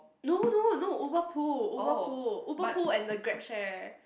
no no no Uber pool Uber pool Uber pool and the Grab share